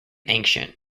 ancient